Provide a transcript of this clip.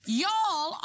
y'all